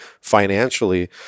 financially